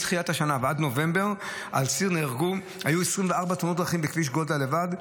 מתחילת השנה ועד נובמבר היו 24 תאונות דרכים בכביש גולדה לבד,